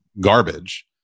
garbage